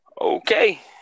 Okay